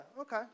Okay